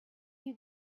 you